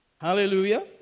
Hallelujah